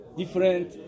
different